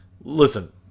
Listen